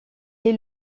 est